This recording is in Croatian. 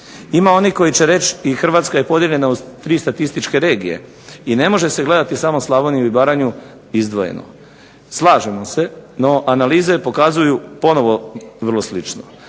Ima onih koji će reći i Hrvatska je podijeljena u tri statističke regije i ne može se gledati samo Slavoniju i Baranju izdvojeno. Slažemo se, no analize pokazuju ponovo vrlo slično.